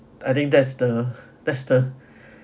I think that's the that's the